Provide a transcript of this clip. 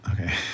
Okay